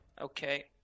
Okay